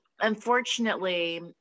unfortunately